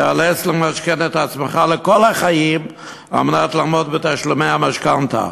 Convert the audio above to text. תיאלץ למשכן את עצמך לכל החיים כדי לעמוד בתשלומי המשכנתה.